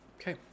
Okay